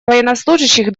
военнослужащих